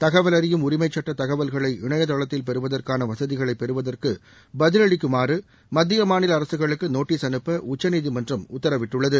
தகவல் அறியும் உரிமை சட்ட தகவல்களை இணையதளத்தில் பெறுவதற்கான வசதிகளை பெறுவதற்கு பதிலளிக்குமாறு மத்திய மாநில அரசுகளுக்கு நோட்டீஸ் அனுப்ப உச்சநீதிமன்றம் உக்தரவிட்டுள்ளது